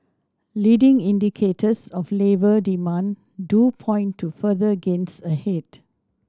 leading indicators of labour demand do point to further gains ahead